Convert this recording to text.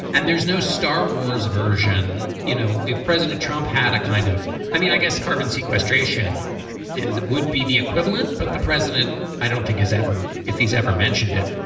and there's no star wars version you know if president trump had a kind of i mean i guess carbon sequestration it would be the equivalent. but the president i don't think he's ever if he's ever mentioned it.